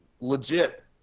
legit